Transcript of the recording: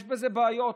יש בזה בעיות,